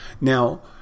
Now